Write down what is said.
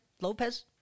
Lopez